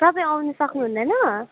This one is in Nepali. तपाईँ आउनु सक्नुहुँदैन